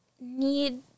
need